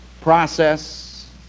process